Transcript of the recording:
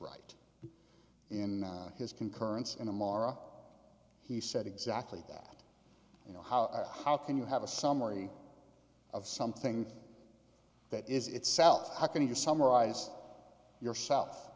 right in his concurrence in the mara he said exactly that you know how how can you have a summary of something that is itself how can you summarize yourself